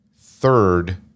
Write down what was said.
third